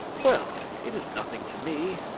well, it is nothing to me,